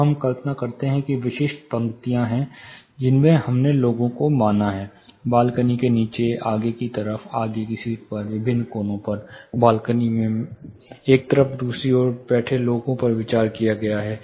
तो हम कल्पना करते हैं कि विशिष्ट पंक्तियाँ हैं जिनमें हमने लोगों को माना है बालकनी से नीचे आगे की तरफ आगे की सीट पर विभिन्न कोनों पर बालकनी मैं एक तरफ से दूसरी तरफ बैठे लोगों पर विचार किया है